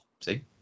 See